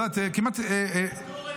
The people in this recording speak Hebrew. ואטורי.